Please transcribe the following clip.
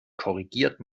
korrigiert